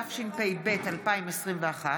התשפ"ב 2021,